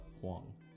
Huang